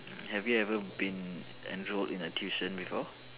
have you ever been enrolled in a tuition before